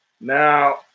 now